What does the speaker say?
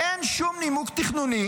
אין שום נימוק תכנוני